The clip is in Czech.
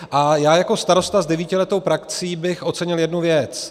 A já jako starosta s devítiletou praxí bych ocenil jednu věc.